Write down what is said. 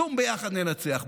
שום ביחד ננצח.